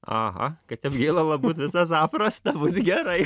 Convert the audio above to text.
aha kad taip gėlala būt visa zaprasta gerai